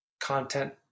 content